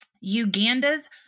Uganda's